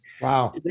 Wow